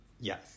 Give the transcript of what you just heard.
Yes